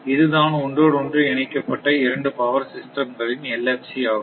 இதுதான் ஒன்றோடு ஒன்று இணைக்கப்பட்ட இரண்டு பவர் சிஸ்டம் களின் LFC ஆகும்